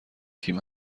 تیم